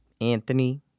Anthony